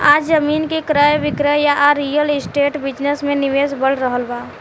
आज जमीन के क्रय विक्रय आ रियल एस्टेट बिजनेस में निवेश बढ़ रहल बा